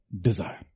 desire